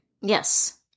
Yes